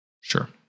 Sure